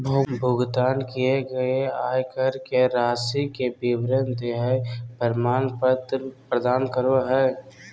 भुगतान किए गए आयकर के राशि के विवरण देहइ प्रमाण पत्र प्रदान करो हइ